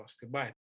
Goodbye